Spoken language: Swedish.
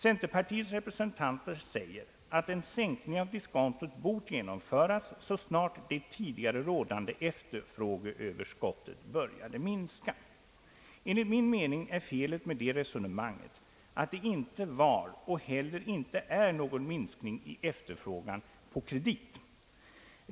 Centerpartiets representanter säger att en sänkning av diskontot bort genomföras så snart det tidigare rådande efterfrågeöverskottet började minska. Enligt min mening är felet med det resonemanget, att det inte var och heller inte är någon minskning i efterfrågan på kredit.